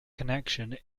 connection